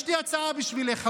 יש לי הצעה בשבילך,